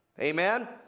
Amen